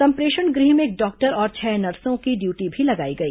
संप्रेषण गृह में एक डॉक्टर और छह नर्सों की ड्यूटी भी लगाई गई